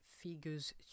figures